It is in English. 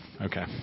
Okay